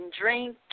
drink